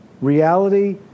reality